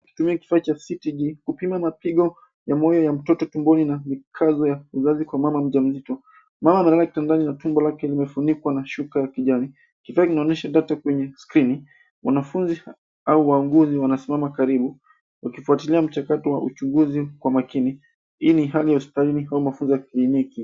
Kutumia kifaa cha CTG kupima mapigo ya moyo ya mtoto tumboni na mikazo ya mzazi kwa mama mja mzito. Mama amelala kitandani na tumbo lake limefunikwa na shuka ya kijani. Kifaa kinaonyesha data kwenye skrini. Wanafunzi au wauguzi wanasimama karibu wakifuatilia mchakato wa uchuguzi kwa makini. Hii ni hali ya ustaini au mafunzo ya kliniki.